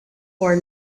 for